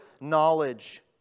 knowledge